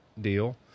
deal